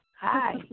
Hi